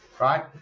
right